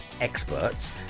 experts